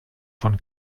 von